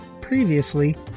previously